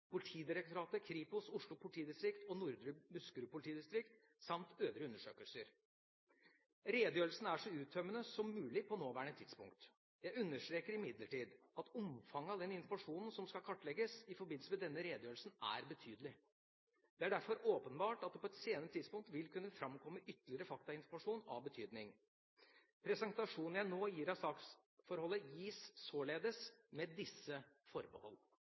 Politidirektoratet, Kripos, Oslo politidistrikt og Nordre Buskerud politidistrikt samt øvrige undersøkelser. Redegjørelsen er så uttømmende som mulig på nåværende tidspunkt. Jeg understreker imidlertid at omfanget av den informasjonen som skal kartlegges i forbindelse med denne redegjørelsen, er betydelig. Det er derfor åpenbart at det på et senere tidspunkt vil kunne framkomme ytterligere faktainformasjon av betydning. Presentasjonen jeg nå gir av saksforholdet, gis således med disse forbehold.